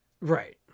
Right